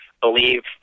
believe